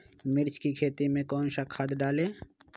मिर्च की खेती में कौन सा खाद डालें?